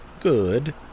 Good